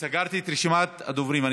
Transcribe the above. סגרתי את רשימת הדוברים.